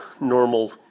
normal